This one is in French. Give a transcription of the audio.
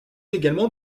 également